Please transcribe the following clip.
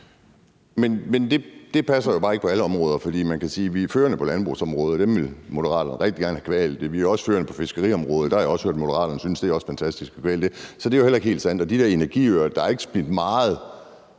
Men det passer jo bare ikke på alle områder. For man kan sige, at vi er førende på landbrugsområdet, og det vil Moderaterne rigtig gerne have kvalt. Vi er også førende på fiskeriområdet, og der har jeg også hørt, at Moderaterne synes, at det også er fantastisk at kvæle det. Så det er jo heller ikke helt sandt. Og så er der de der energiøer – der er ikke smidt meget